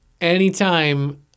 anytime